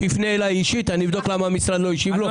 שיפנה אלי אישית ואני אבדוק למה המשרד לא השיב לו.